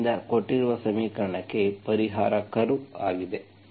ಆದ್ದರಿಂದ ಕೊಟ್ಟಿರುವ ಸಮೀಕರಣಕ್ಕೆ ಪರಿಹಾರ ಕರ್ವ್ ಆಗಿದೆ